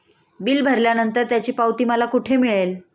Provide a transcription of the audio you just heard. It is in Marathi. बिल भरल्यानंतर त्याची पावती मला कुठे मिळेल?